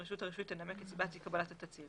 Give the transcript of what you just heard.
רשות הרישוי תנמק את סיבת אי קבלת התצהיר.